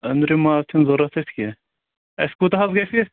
أنٛدٕرِم ماز چھُنہٕ ضروٗرت اَسہِ کیٚنٛہہ اَسہِ کوٗتاہ حظ گژھِ یہِ